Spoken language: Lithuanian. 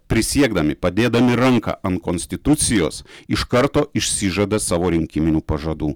prisiekdami padėdami ranką ant konstitucijos iš karto išsižada savo rinkiminių pažadų